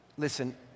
Listen